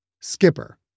Skipper